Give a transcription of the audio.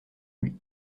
lui